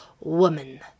Woman